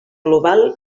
global